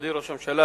מכובדי ראש הממשלה,